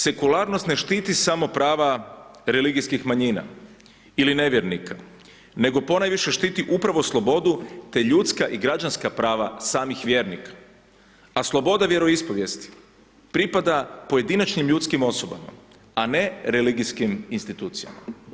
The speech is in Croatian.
Sekularnost ne štiti samo prava religijskih manjina ili nevjernika nego ponajviše štiti upravo slobodu te ljudska i građanska prava samih vjernika a slobode vjeroispovijesti pripada pojedinačnim ljudskim osobama a ne religijskim institucijama.